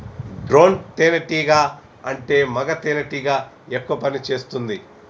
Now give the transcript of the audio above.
drone తేనే టీగా అంటే మగ తెనెటీగ ఎక్కువ పని చేస్తుంది